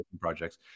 projects